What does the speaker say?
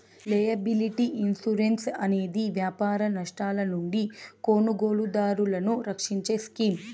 liability insurance అనేది వ్యాపార నష్టాల నుండి కొనుగోలుదారులను రక్షించే స్కీమ్